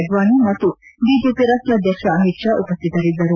ಅಡ್ವಾನಿ ಮತ್ತು ಬಿಜೆಪಿ ರಾಷ್ವಾದ್ಯಕ್ಷ ಅಮಿತ್ ಷಾ ಉಪ್ಟಿತರಿದ್ದರು